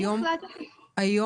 אלו הדברים שאת חושבת היום,